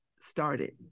started